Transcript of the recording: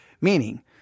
meaning